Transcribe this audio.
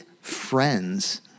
friends